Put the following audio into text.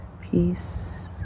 Peace